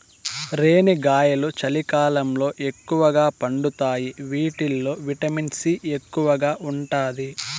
రేణిగాయాలు చలికాలంలో ఎక్కువగా పండుతాయి వీటిల్లో విటమిన్ సి ఎక్కువగా ఉంటాది